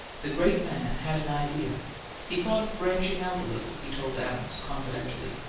the great man had an idea he thought of branching out a little, he told adams confidentially,